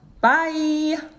Bye